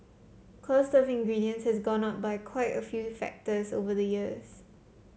cost of ingredients has gone up by quite a few factors over the years